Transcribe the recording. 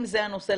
אם זה הנושא,